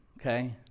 okay